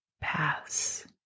pass